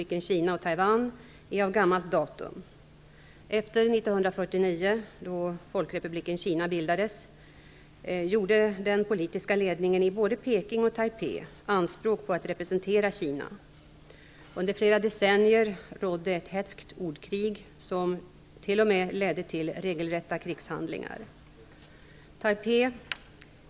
Taiwan är av gammalt datum. Efter 1949, då Folkrepubliken Kina bildades, gjorde den politiska ledningen i både Peking och Taipei anspråk på att representera Kina. Under flera decennier rådde ett hätskt ordkrig, som t.o.m. ledde till regelrätta krigshandlingar.